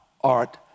art